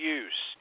use